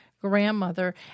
grandmother